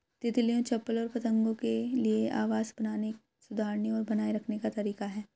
तितलियों, चप्पलों और पतंगों के लिए आवास बनाने, सुधारने और बनाए रखने का तरीका है